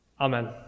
Amen